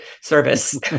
service